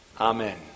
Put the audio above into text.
Amen